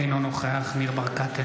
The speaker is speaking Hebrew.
אינו נוכח ניר ברקת,